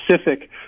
specific